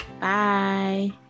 Bye